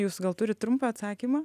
jūs gal turi trumpą atsakymą